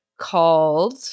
called